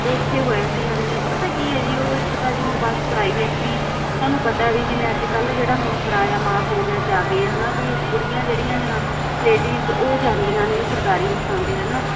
ਉਥੇ ਹੋਇਆ ਸੀ ਹਾਂਜੀ ਪਤਾ ਕੀ ਹੈ ਜੀ ਉਹ ਇੱਕ ਤਾਂ ਜੀ ਮੈਂ ਬੱਸ ਪ੍ਰਾਈਵੇਟ ਸੀ ਤੁਹਾਨੂੰ ਪਤਾ ਵੀ ਜਿਵੇਂ ਅੱਜ ਕੱਲ ਜਿਹੜਾ ਹੁਣ ਕਰਾਇਆ ਮਾਫ ਹੋ ਗਿਆ ਜਿਆਦੇ ਹਨਾ ਵੀ ਬੁੜੀਆਂ ਜਿਹੜੀਆਂ ਲੇਡੀਜ ਉਹ ਜਾਂਦੀਆਂ ਨੇ ਸਰਕਾਰੀ ਬੱਸਾਂ ਦੇ ਹਨਾ